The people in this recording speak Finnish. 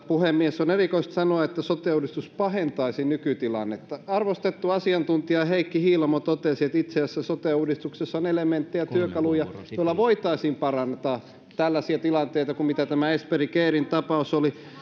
puhemies on erikoista sanoa että sote uudistus pahentaisi nykytilannetta arvostettu asiantuntija heikki hiilamo totesi että itse asiassa sote uudistuksessa on elementtejä työkaluja joilla voitaisiin parantaa tällaisia tilanteita kuin mikä tässä esperi caren tapauksessa oli